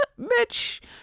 bitch